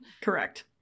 Correct